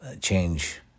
change